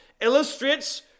illustrates